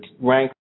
rank